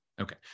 Okay